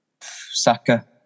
Saka